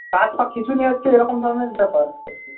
গা হাত পা খিঁচুনি হচ্ছে এরকম ধরনের ব্যাপার